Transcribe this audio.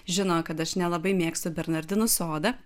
žino kad aš nelabai mėgstu bernardinų sodą